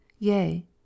Yea